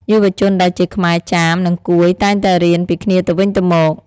យុវជនដែលជាខ្មែរ ចាម និងកួយតែងតែរៀនពីគ្នាទៅវិញទៅមក។